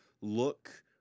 look